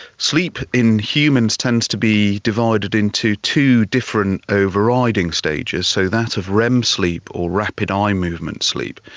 sleep in humans tends to be divided into two different overriding stages, so that of rem sleep or rapid eye movement sleep.